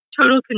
total